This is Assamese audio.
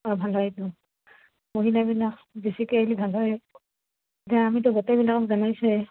অঁ ভাল এইটো মহিলাবিলাক বেছিকেলি ভাল আমিতো গোটেইবিলাকক জনাইছে